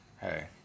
Hey